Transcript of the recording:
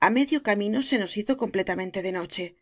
a medio camino se nos hizo completa mente de noche